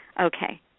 Okay